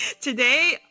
Today